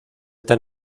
tan